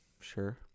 sure